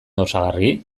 osagarri